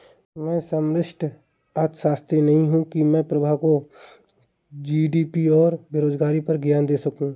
मैं समष्टि अर्थशास्त्री नहीं हूं की मैं प्रभा को जी.डी.पी और बेरोजगारी पर ज्ञान दे सकूं